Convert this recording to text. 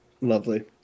Lovely